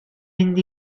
mynd